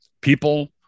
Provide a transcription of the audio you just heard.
people